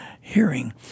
hearing